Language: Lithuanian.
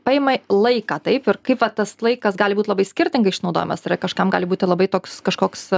paima laiką taipir kaip vat tas laikas gali būt labai skirtingai išnaudojamas yra kažkam gali būti labai toks kažkoks